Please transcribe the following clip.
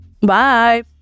Bye